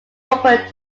open